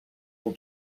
will